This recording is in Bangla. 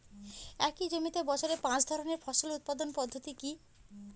একই জমিতে বছরে পাঁচ ধরনের ফসল উৎপাদন পদ্ধতি কী?